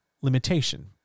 limitation